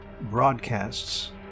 broadcasts